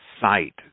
sight